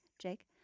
Jake